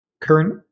current –